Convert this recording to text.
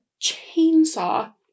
chainsaw